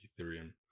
Ethereum